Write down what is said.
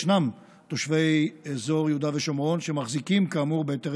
יש תושבי אזור יהודה ושומרון שמחזיקים כאמור בהיתרי